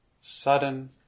Sudden